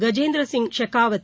Gajendrasingh Shekhawat